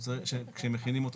כשמכינים אותו,